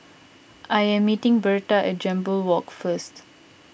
I am meeting Berta at Jambol Walk first